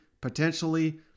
potentially